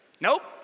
Nope